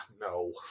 No